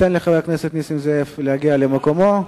ניתן לחבר הכנסת נסים זאב להגיע למקומו.